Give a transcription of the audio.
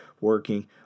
working